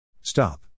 Stop